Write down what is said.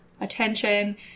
attention